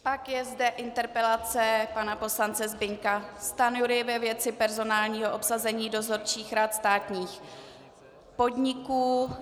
Pak je zde interpelace pana poslance Zbyňka Stanjury ve věci personálního obsazení dozorčích rad státních podniků.